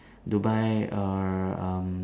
Dubai err um